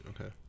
Okay